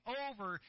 over